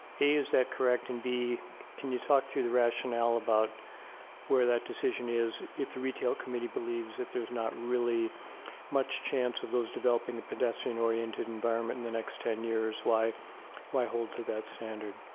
is that correct? and b, can you talk through the rationale about where that decision is? if the retail committee believes theres not really much chance of those developing a pedestrian oriented environment in the next ten years, why why hold to that standard?